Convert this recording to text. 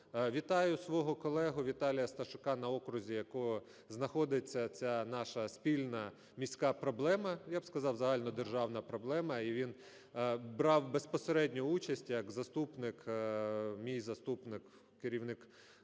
Вітаю свого колегу Віталія Сташука, на окрузі якого знаходиться ця наша спільна міська проблема (я б сказав, загальнодержавна проблема), і він брав безпосередньо участь як заступник, мій заступник керівника